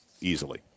easily